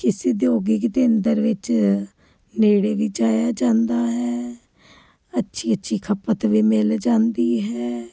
ਕਿਸੇ ਉਦਯੋਗਿਕ ਕੇਂਦਰ ਵਿੱਚ ਨੇੜੇ ਵਿੱਚ ਆਇਆ ਜਾਂਦਾ ਹੈ ਅੱਛੀ ਅੱਛੀ ਖਪਤ ਵੀ ਮਿਲ ਜਾਂਦੀ ਹੈ